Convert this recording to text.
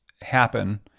happen